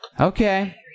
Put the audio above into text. Okay